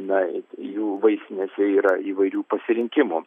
na jų vaistinėse yra įvairių pasirinkimų